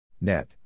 Net